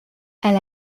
elle